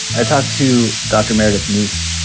i talked to dr. meredith niess.